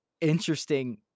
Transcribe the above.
interesting